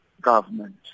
government